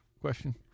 question